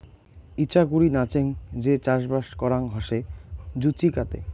ইচাকুরি নাচেঙ যে চাষবাস করাং হসে জুচিকাতে